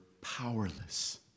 powerless